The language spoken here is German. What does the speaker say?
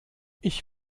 ich